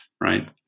right